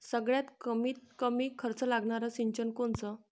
सगळ्यात कमीत कमी खर्च लागनारं सिंचन कोनचं?